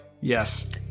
yes